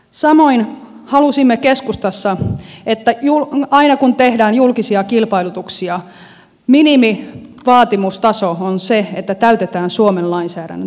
samoin halusimme keskustassa että aina kun tehdään julkisia kilpailutuksia minimivaatimustaso on se että täytetään suomen lainsäädännön taso